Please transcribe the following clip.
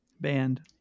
Band